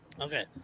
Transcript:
Okay